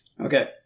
Okay